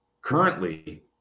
Currently